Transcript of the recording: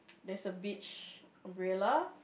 there's a beach umbrella